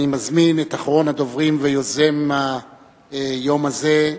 אני מזמין את אחרון הדוברים ויוזם היום הזה,